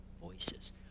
voices